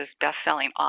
best-selling